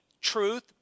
truth